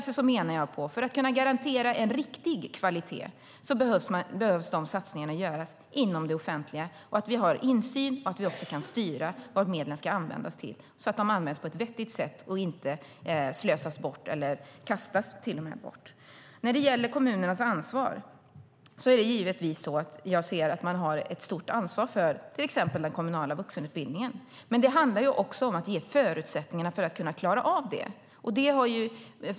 För att kunna garantera en riktig kvalitet menar jag att de satsningarna behöver göras inom det offentliga där vi har insyn och också kan styra vad medlen ska användas till så att de används på ett vettigt sätt och inte slösas bort eller till och med kastas bort. Jag ser givetvis att kommunerna har ett stort ansvar för till exempel den kommunala vuxenutbildningen. Men det handlar också om att ge förutsättningarna för att de ska kunna klara av det.